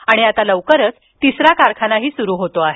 आणि आता लवकरच तिसरा कारखाना सुरु होत आहे